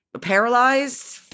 paralyzed